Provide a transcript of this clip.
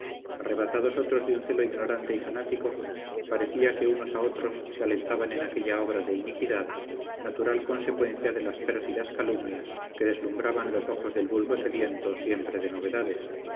arrebatados otros de un celo ignorante y fanático parecía que unos a otros se alentaban en aquella obra de iniquidad natural consecuencia de las pérfidas calumnias que deslumbraban los ojos del vulgo sediento siempre de novedades